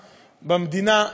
במדינה,